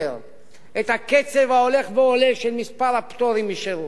את הקצב ההולך וגדל של מספר הפטורים משירות,